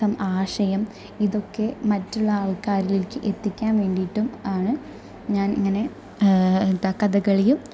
അര്ത്ഥം ആശയം ഇതൊക്കെ മറ്റുള്ള ആള്ക്കാരിലേക്ക് എത്തിക്കാന് വേണ്ടിയിട്ടും ആണ് ഞാന് ഇങ്ങനെ എന്താ കഥകളിയും